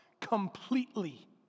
completely